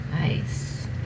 Nice